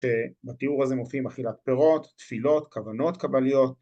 ‫שבתיאור הזה מופיעים אכילת פירות, ‫תפילות, כוונות קבליות.